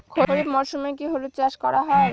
খরিফ মরশুমে কি হলুদ চাস করা য়ায়?